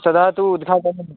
तदा तु उद्घाटनम्